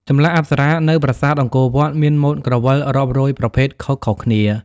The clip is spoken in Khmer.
ចម្លាក់អប្សរានៅប្រាសាទអង្គរវត្តមានម៉ូដក្រវិលរាប់រយប្រភេទខុសៗគ្នា។